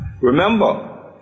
remember